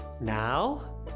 Now